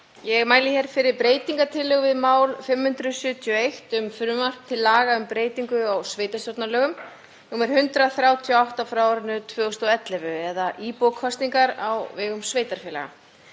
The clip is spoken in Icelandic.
Ég mæli hér fyrir breytingartillögu við mál 571, frumvarp til laga um breytingu á sveitarstjórnarlögum, nr. 138/2011, um íbúakosningar á vegum sveitarfélaga.